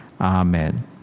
amen